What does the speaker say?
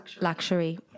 luxury